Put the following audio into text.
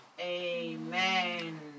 Amen